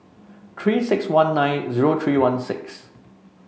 Three six one nine zero three one six